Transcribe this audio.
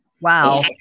Wow